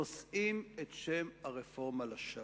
נושאים את שם הרפורמה לשווא.